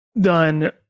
done